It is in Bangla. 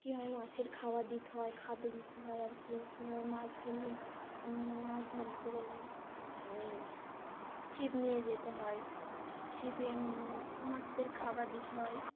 কীভাবে মাছের খাবার দিতে হয় খাদ্য দিতে হয় আর কী কীভাবে মাছ ফেললে মাছ ধরতে গেলে ছিপ নিয়ে যেতে হয় ছিপে মাছদের খাবার দিতে হয়